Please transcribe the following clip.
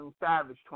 Savage